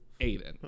Aiden